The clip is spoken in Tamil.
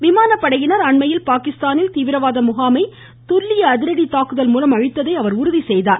விமானப்படையினர் அண்மையில் பாகிஸ்தானில் தீவிரவாத முகாமை துல்லிய அதிரடி தாக்குதல் மூலம் அழித்ததை அவர் உறுதிசெய்தார்